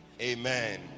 Amen